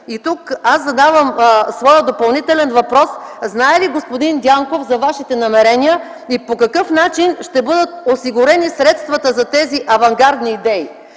Тук задавам своя допълнителен въпрос: знае ли господин Дянков за Вашите намерения? По какъв начин ще бъдат осигурени средствата за тези авангардни идеи?